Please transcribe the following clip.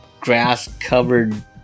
grass-covered